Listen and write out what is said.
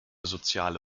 soziale